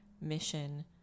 mission